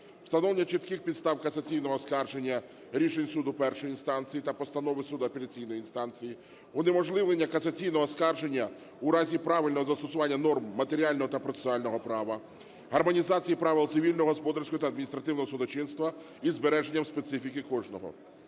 встановлення чітких підстав касаційного оскарження рішень суду першої інстанції та постанови суду апеляційної інстанції, унеможливлення касаційного оскарження у разі правильного застосування норм матеріального та процесуального права, гармонізації правил цивільного, господарського та адміністративного судочинства із збереженням специфіки кожного.